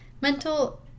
mental